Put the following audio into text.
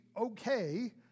okay